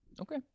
Okay